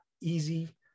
easy